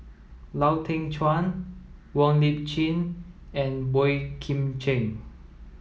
Lau Teng Chuan Wong Lip Chin and Boey Kim Cheng